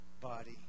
body